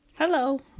Hello